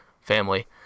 family